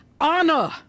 honor